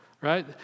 right